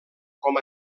com